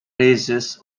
braces